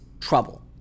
trouble